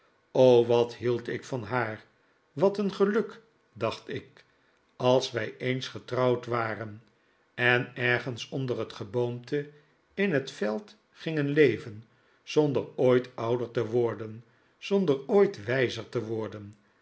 o wat hield ik van haar wat een geluk dacht ik als wij eens getrouwd waren en ergens onder het geboomte in het veld gingen leven zonder ooit ouder te worden zonder ooit wijzer te worden